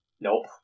nope